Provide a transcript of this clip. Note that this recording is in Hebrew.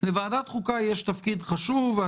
יש תפקיד חשוב.